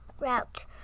route